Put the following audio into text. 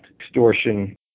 extortion